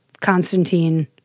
Constantine